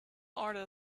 order